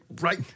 right